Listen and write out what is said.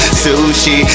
sushi